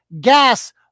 gas